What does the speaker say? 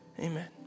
amen